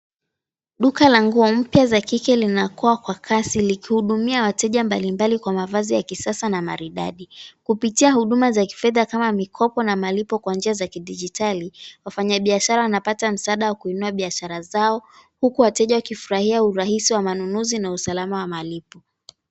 Duka la nguo mpya za kike linakua kwa kasi likihudumia wateja mbalimbali kwa mavazi ya kisasa na maridadi. Kupitia huduma za kifedha kama mikopo na malipo kwa njia za kidijitali, wafanyibiashara wanapata msaada wa kuinua biashara zao huku wateja wakifurahia urahisi wa manunuzi na usalama wa malipo.